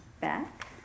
Back